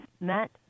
Matt